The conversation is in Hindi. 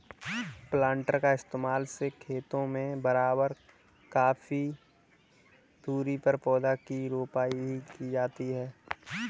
प्लान्टर का इस्तेमाल से खेतों में बराबर ककी दूरी पर पौधा की रोपाई भी की जाती है